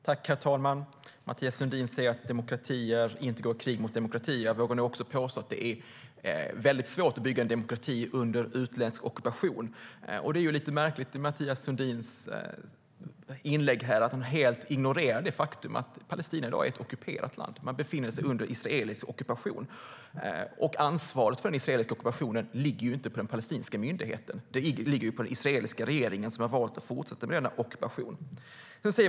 Herr talman! Mathias Sundin säger att demokratier inte går i krig mot demokratier. Jag vågar nog också påstå att det är väldigt svårt att bygga en demokrati under utländsk ockupation. Det är lite märkligt att Mathias Sundin i sitt inlägg helt ignorerar det faktum att Palestina i dag är ett ockuperat land. Man befinner sig under israelisk ockupation, och ansvaret för denna ligger inte på den palestinska myndigheten utan på den israeliska regeringen, som valt att fortsätta med ockupationen.